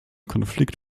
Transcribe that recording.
konflikt